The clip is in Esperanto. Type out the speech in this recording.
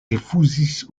rifuzis